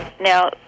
now